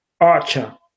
archer